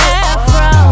afro